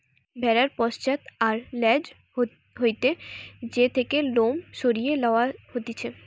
ভেড়ার পশ্চাৎ আর ল্যাজ হইতে যে থেকে লোম সরিয়ে লওয়া হতিছে